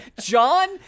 John